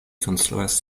konstruas